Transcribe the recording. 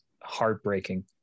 heartbreaking